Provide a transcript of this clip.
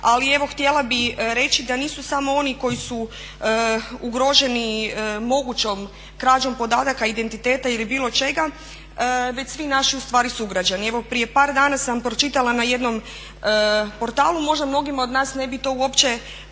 ali evo htjela bi reći da nisu samo oni koji su ugroženi mogućom krađom podataka, identiteta ili bilo čega već svi naši ustvari sugrađani. Evo prije par dana sam pročitala na jednom portalu, možda mnogima od nas ne bi to uopće